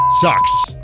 sucks